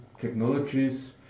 technologies